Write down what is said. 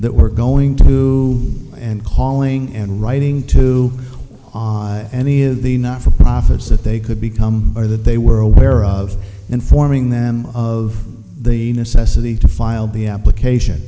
that were going to do and calling and writing to any of the not for profits that they could become or that they were aware of informing them of the necessity to file the application